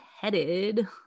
headed